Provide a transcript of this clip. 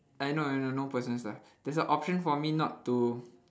I know I know no personal stuff there's a option for me not to